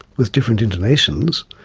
with different intonations,